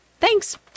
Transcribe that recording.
Thanks